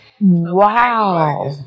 Wow